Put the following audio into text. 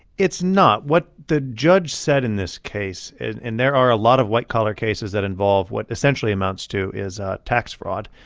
it's not. what the judge said in this case and there are a lot of white-collar cases that involve what essentially amounts to is tax fraud.